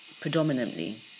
predominantly